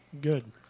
Good